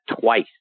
twice